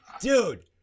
Dude